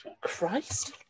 Christ